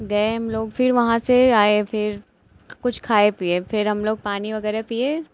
फिर गए हम लोग फिर वहाँ से आए फिर कुछ खाए पिए फिर हम लोग पानी वग़ैरह पिए